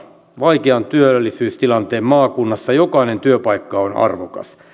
vaikean työllisyystilanteen maakunnassa jokainen työpaikka on arvokas